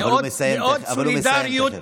אבל הוא תכף מסיים.